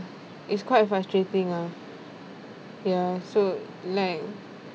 it's quite frustrating lah ya so like